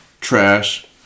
trash